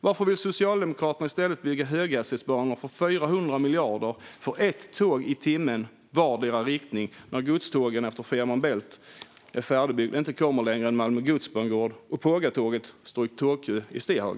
Varför vill Socialdemokraterna i stället bygga höghastighetsbanor för 400 miljarder för ett tåg i timmen i vardera riktningen när godstågen, efter att Fehmarn Bält-förbindelsen är färdigbyggd, inte kommer längre än till Malmö godsbangård och Pågatåget står i tågkö i Stehag?